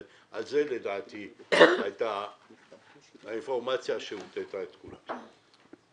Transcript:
על זה יצאה האינפורמציה שהטעתה את כולם,